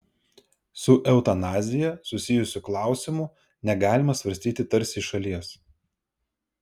su eutanazija susijusių klausimų negalima svarstyti tarsi iš šalies